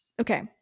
Okay